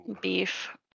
beef